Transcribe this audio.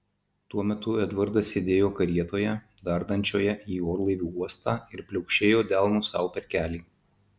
tuo metu edvardas sėdėjo karietoje dardančioje į orlaivių uostą ir pliaukšėjo delnu sau per kelį